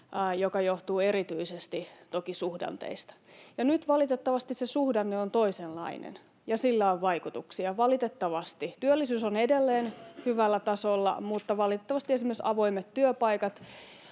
mikä johtuu erityisesti toki suhdanteista. Nyt valitettavasti se suhdanne on toisenlainen ja sillä on vaikutuksia, valitettavasti. Työllisyys on edelleen hyvällä tasolla, mutta valitettavasti esimerkiksi avoimet työpaikat